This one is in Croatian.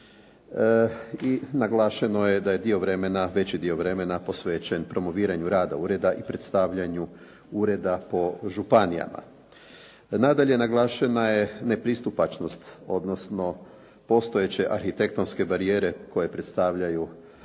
i naglašeno je da je dio vremena, veći dio vremena posvećen promoviranju rada ureda i predstavljanju ureda po županijama. Nadalje, naglašena je nepristupačnost, odnosno postojeće arhitektonske barijere koje predstavljaju